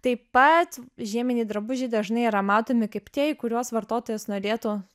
taip pat žieminiai drabužiai dažnai yra matomi kaip tie į kuriuos vartotojas norėtų